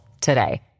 today